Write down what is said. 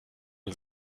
man